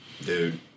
Dude